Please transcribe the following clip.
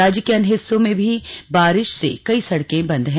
राज्य के अन्य हिस्सों में भी बारिश से कई सड़कें बंद हैं